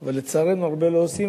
אבל לצערנו, הרבה לא עושים.